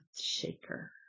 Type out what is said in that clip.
shaker